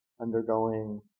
undergoing